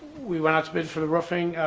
we went out to bid for the roofing.